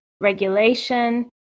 regulation